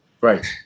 Right